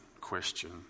question